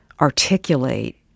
articulate